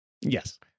Yes